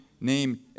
name